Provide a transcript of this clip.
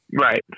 right